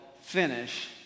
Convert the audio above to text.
finish